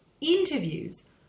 Interviews